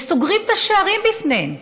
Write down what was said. וסוגרים את השערים בפניהם.